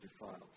defiled